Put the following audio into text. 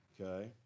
Okay